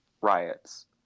riots